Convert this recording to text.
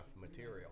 material